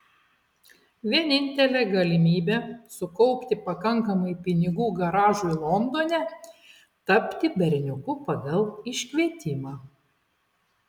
vienintelė galimybė sukaupti pakankamai pinigų garažui londone tapti berniuku pagal iškvietimą